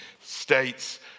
states